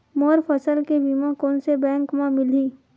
मोर फसल के बीमा कोन से बैंक म मिलही?